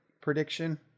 prediction